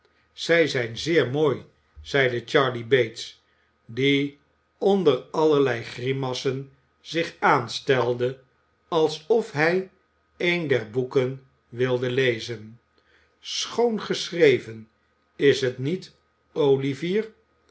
zij zijn zeer mooi zeide charley bates die onder allerlei grimassen zich aanstelde alsof hij een der boeken wilde lezen schoon geschreven is t niet olivier